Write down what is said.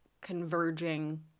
converging